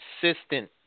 consistent